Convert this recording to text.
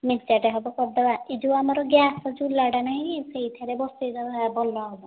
ମେଞ୍ଚାଟେ ହବ କରିଦେବା ଏ ଯେଉଁ ଆମର ଗ୍ୟାସ୍ ଚୁଲାଟା ନାହିଁ ସେଇଥିରେ ବସେଇଦେବା ଭଲ ହବ